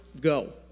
go